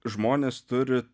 žmonės turi